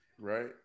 right